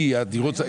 כי הדירות,